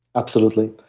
absolutely.